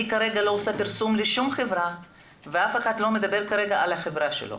אני כרגע לא עושה פרסום לשום חברה ואף אחד לא מדבר על החברה שלו.